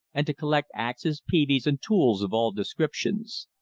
and to collect axes, peavies, and tools of all descriptions.